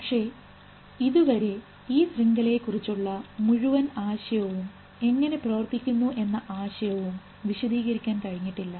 പക്ഷേ ഇതുവരെ ഈ ശൃംഖലയെ കുറിച്ചുള്ള മുഴുവൻ ആശയവും എങ്ങനെ പ്രവർത്തിക്കുന്നു എന്ന ആശയവും വിശദീകരിക്കാൻ കഴിഞ്ഞിട്ടില്ല